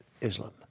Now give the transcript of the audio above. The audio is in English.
Islam